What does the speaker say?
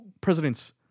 president's